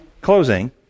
closing